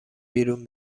بیرون